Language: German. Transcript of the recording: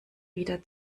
wieder